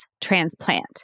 transplant